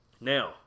Now